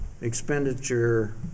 expenditure